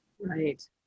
Right